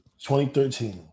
2013